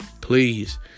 Please